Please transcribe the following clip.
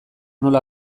nola